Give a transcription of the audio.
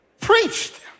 preached